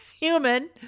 human